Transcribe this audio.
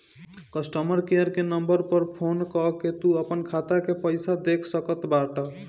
customer care के number पअ phone कअ के तू अपनी खाता के पईसा देख सकत बटअ